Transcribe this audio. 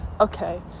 okay